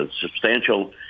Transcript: substantial